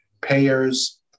Payers